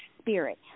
spirit